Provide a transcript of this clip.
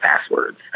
passwords